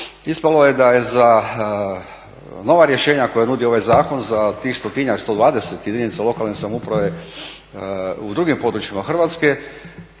ispalo je da je za nova rješenja koja nudi ovaj zakon za tih 100-tinjak, 120 jedinica lokalne samouprave u drugim područjima Hrvatske